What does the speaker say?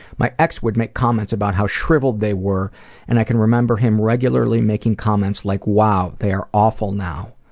my ex would make comments about how shriveled they were and i can remember him regularly making comments like wow, they are awful now